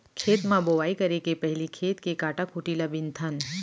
खेत म बोंवई करे के पहिली खेत के कांटा खूंटी ल बिनथन